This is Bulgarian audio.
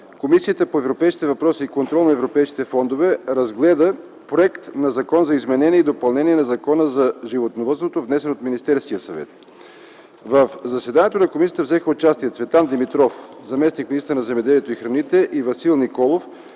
Комисията по европейските въпроси и контрол на европейските фондове разгледа Законопроекта за изменение и допълнение на Закона за животновъдството, внесен от Министерския съвет. В заседанието на комисията взеха участие: Цветан Димитров – заместник-министър на земеделието и храните, и Васил Николов